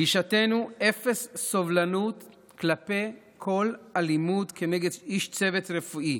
גישתנו היא אפס סובלנות כלפי כל אלימות כנגד איש צוות רפואי: